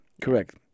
correct